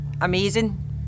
amazing